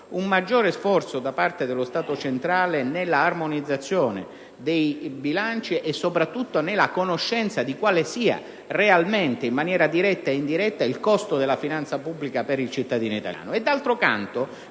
un maggiore sforzo da parte dello Stato centrale nell'armonizzazione dei bilanci e soprattutto nella conoscenza di quale sia realmente, in maniera diretta e indiretta, il costo della finanza pubblica per il cittadino italiano.